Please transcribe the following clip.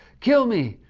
kill me,